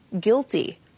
guilty